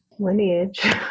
Lineage